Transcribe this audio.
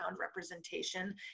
representation